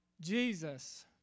Jesus